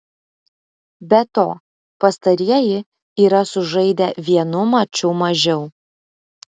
be to pastarieji yra sužaidę vienu maču mažiau